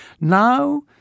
Now